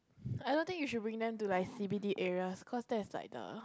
I don't think you should bring them to like C_B_D areas cause that's like the